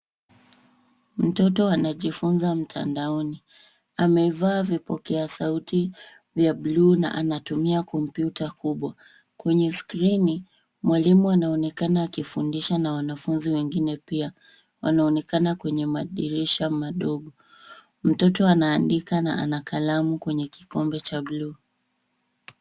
Mtoto anajifunza mtandaoni. Amevaa vipokea sauti vya buluu na anatumia kompyuta kubwa. Kwenye skrini, mwalimu anaonekana akifundisha na wanafunzi wengine pia wanaonekana kwenye madirisha madogo. Mtoto anaandika na kalamu kwenye kikombe cha buluu.